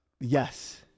Yes